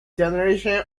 generation